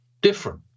different